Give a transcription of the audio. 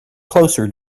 closer